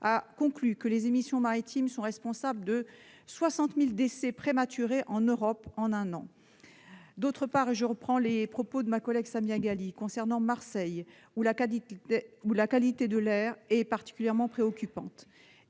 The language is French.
a conclu que les émissions maritimes sont responsables de 60 000 décès prématurés en Europe en un an. Je reprends les propos de ma collègue Samia Ghali : à Marseille où la qualité de l'air est particulièrement préoccupante,